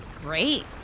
Great